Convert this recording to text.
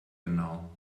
genau